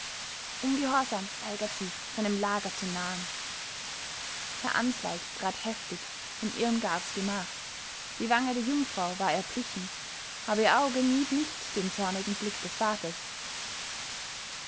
ungehorsam weigert sie seinem lager zu nahen herr answald trat heftig in irmgards gemach die wange der jungfrau war erblichen aber ihr auge mied nicht den zornigen blick des vaters